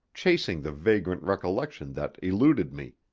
chasing the vagrant recollection that eluded me.